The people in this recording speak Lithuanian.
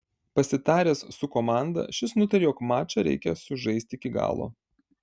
pasitaręs su komanda šis nutarė jog mačą reikia sužaisti iki galo